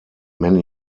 many